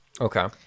okay